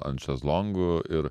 ant šezlongų ir